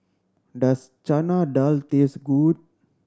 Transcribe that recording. does Chana Dal taste good